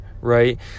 right